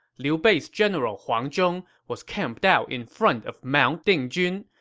liu bei's general huang zhong was camped out in front of mount dingjun,